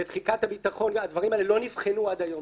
בתחיקת הביטחון הדברים האלו לא נבחנו עד היום